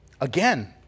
again